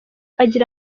agira